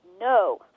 no